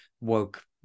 woke